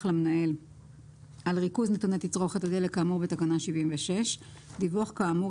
למנהל על ריכוז נתוני תצרוכת הדלק כאמור בתקנה 76. דיווח כאמור